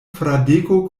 fradeko